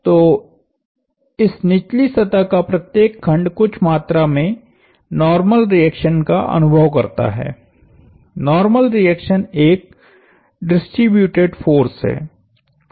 तो इस निचली सतह का प्रत्येक खंड कुछ मात्रा में नार्मल रिएक्शन का अनुभव करता है नार्मल रिएक्शन एक डिस्ट्रिब्यूटेड फोर्स है